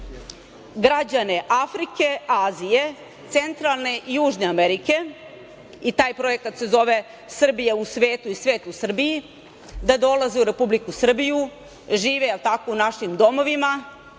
građane Afrike, Azije, Centralne i Južne Amerike i taj projekat se zove „Srbija u svetu i svet u Srbiji“, da dolaze u Republiku Srbiju, žive u našim domovima